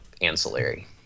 ancillary